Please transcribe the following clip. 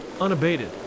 unabated